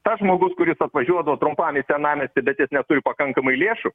tas žmogus kuris atvažiuodavo trumpam į senamiestį bet jis neturi pakankamai lėšų